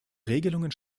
regelungen